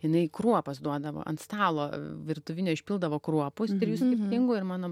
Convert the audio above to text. jinai kruopas duodavo ant stalo virtuvinio išpildavo kruopų trijų skirtingų ir mano